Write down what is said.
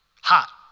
Hot